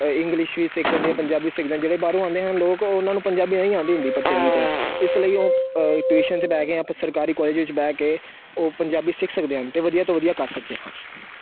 English ਵੀ ਸਿੱਖ ਸਕਦੇ ਆ ਪੰਜਾਬੀ ਸਿੱਖਦੇ ਜਿਹੜੇ ਬਾਹਰੋਂ ਆਉਂਦੇ ਹਨ ਲੋਕ ਉਹਨਾਂ ਨੂੰ ਪੰਜਾਬੀ ਨਹੀਂ ਆਉਂਦੀ ਹੁੰਦੀ ਪਰ ਚੰਗੀ ਤਰ੍ਹਾਂ ਇਸ ਲਈ ਉਹ ਟਿਊਸ਼ਨ 'ਚ ਬਹਿ ਕੇ ਆਪਾਂ ਸਰਕਾਰੀ ਕਾਲਜ ਵਿੱਚ ਬਹਿ ਕੇ ਉਹ ਪੰਜਾਬੀ ਸਿੱਖ ਸਕਦੇ ਹਨ ਅਤੇ ਵਧੀਆ ਤੋਂ ਵਧੀਆ ਕਰ ਸਕਦੇ ਹਨ